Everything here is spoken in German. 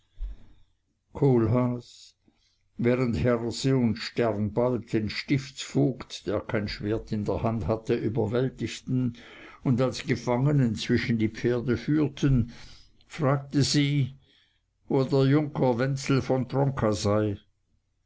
kohlhaas während herse und sternbald den stiftsvogt der kein schwert in der hand hatte überwältigten und als gefangenen zwischen die pferde führten fragte sie wo der junker wenzel von tronka sei